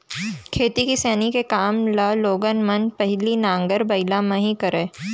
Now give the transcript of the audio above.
खेती किसानी के काम ल लोगन मन पहिली नांगर बइला म ही करय